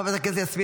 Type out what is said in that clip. חברת הכנסת יסמין